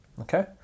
okay